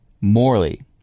Morley